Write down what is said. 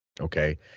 Okay